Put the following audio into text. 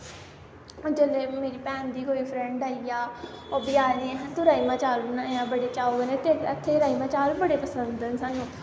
जिसलै मेरी भैन दी कोई फरैंड आई जा ओह् बी आखदी अहें तूं राजमा चाबल बनायां चावल तेरे हत्थे दे राजमा चावल बड़े पसंद न स्हानू